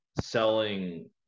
selling